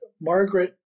Margaret